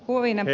moinen